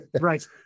Right